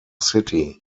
city